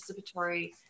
participatory